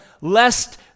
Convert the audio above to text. lest